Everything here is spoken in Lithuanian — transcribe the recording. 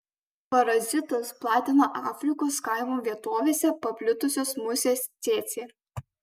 parazitus platina afrikos kaimo vietovėse paplitusios musės cėcė